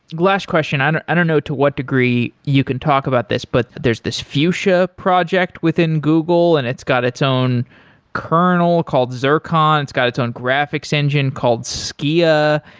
last question, i don't i don't know to what degree you can talk about this, but there's this fuchsia project within google and it's got its own kernel called zircon, it's got its own graphics engine called skia,